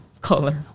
color